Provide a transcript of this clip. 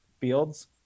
fields